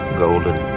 golden